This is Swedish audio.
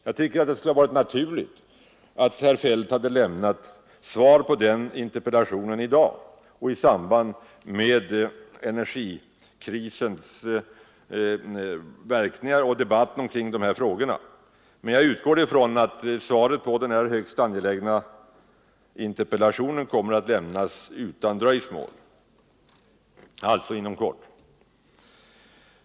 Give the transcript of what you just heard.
Jag tycker att det hade varit naturligt att herr Feldt svarat på den interpellationen i dag i samband med debatten kring energikrisens verkningar. Men jag utgår ifrån att svaret på denna högst angelägna interpellation kommer att lämnas utan dröjsmål, alltså inom kort.